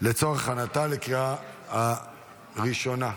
לצורך הכנתה לקריאה הראשונה.